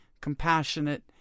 compassionate